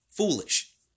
Foolish